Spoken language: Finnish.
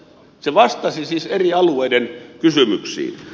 se vastasi siis eri alueiden kysymyksiin